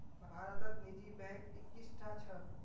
भारतत निजी बैंक इक्कीसटा छ